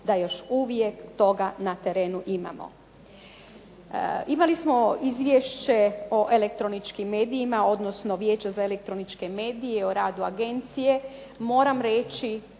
da još uvijek toga na terenu imamo. Imali smo izvješće o elektroničkim medijima, odnosno Vijeće za elektroničke medije i radu agencije. Moram reći